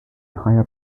higher